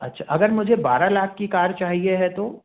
अच्छा अगर मुझे बारह लाख की कार चाहिए है तो